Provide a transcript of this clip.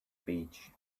beach